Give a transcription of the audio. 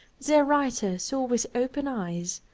their writer saw with open eyes,